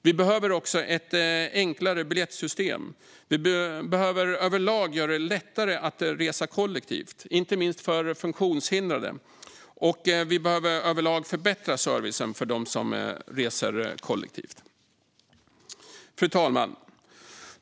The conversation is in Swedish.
Vi behöver också ett enklare biljettsystem. Vi behöver överlag göra det lättare att resa kollektivt, inte minst för funktionshindrade, och förbättra servicen för dem som reser kollektivt. Fru talman!